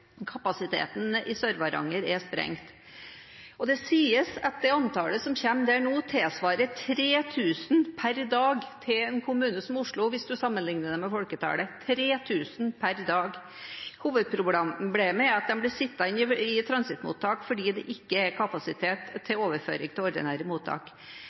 Kapasiteten i Sør-Varanger er sprengt. Det sies at det antallet som kommer dit nå, tilsvarer 3 000 per dag til en kommune som Oslo, hvis man ser det i forhold til folketallet – 3 000 per dag. Hovedproblemet er at de blir sittende i transittmottak fordi det ikke er kapasitet til overføring til ordinære mottak.